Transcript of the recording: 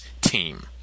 team